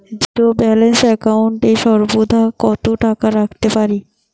Zero balance account এ সর্বাধিক কত টাকা রাখতে পারি?